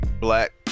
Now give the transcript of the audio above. black